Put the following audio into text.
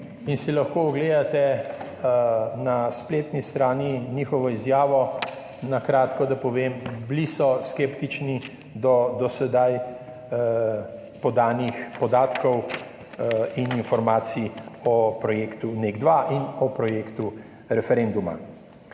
in si lahko ogledate na spletni strani njihovo izjavo. Na kratko, da povem, bili so skeptični do do sedaj podanih podatkov in informacij o projektu NEK 2 in o projektu referenduma.